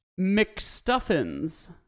McStuffins